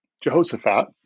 Jehoshaphat